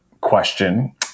question